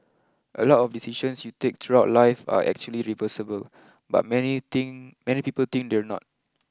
a lot of decisions you take throughout life are actually reversible but many think many people think they're not